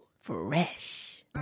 Fresh